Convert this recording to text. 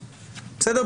בסדר?